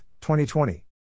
2020